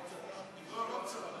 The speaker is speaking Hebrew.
לא, לא עכשיו.